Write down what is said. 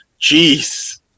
Jeez